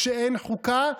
כשאין חוקה,